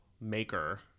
maker